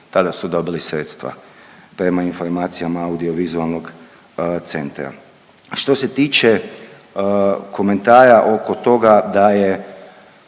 tada su dobili sredstva prema informacijama Audio vizualnog centra. Što se tiče komentara oko toga da je